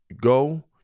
go